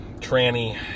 tranny